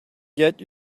get